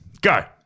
Go